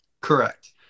Correct